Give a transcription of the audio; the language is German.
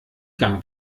gang